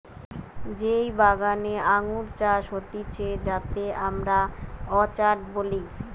যেই বাগানে আঙ্গুর চাষ হতিছে যাতে আমরা অর্চার্ড বলি